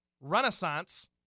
Renaissance